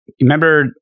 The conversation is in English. Remember